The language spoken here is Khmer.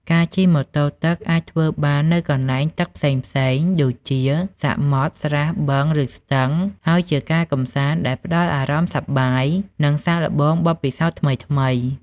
ការជិះម៉ូតូទឹកអាចធ្វើបាននៅកន្លែងទឹកផ្សេងៗដូចជា សមុទ្រ ស្រះ បឹង ឬស្ទឹង ហើយជាការកម្សាន្តដែលផ្តល់អារម្មណ៍សប្បាយ និងសាកល្បងបទពិសោធន៍ថ្មីៗ។